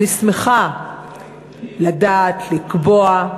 אני שמחה לדעת, לקבוע,